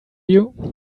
you